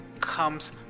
comes